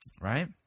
right